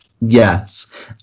Yes